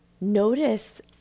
notice